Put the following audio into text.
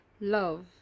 love